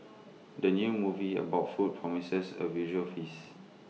the new movie about food promises A visual feast